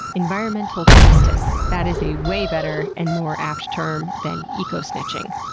environmental justice. that is a way better and more apt term than eco snitching.